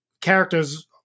characters